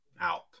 out